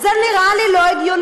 זה נראה לי לא הגיוני.